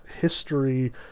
history